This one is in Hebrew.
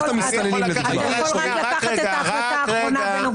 אתה יכול רק לקחת את ההחלטה האחרונה בנוגע